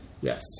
Yes